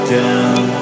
down